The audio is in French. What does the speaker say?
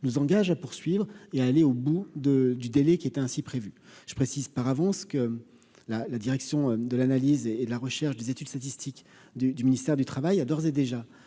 nous engage à poursuivre et à aller au bout de du délai qui était ainsi prévu je précise par avance que la la direction de l'analyse et de la recherche, des études statistiques du ministère du Travail a d'ores et déjà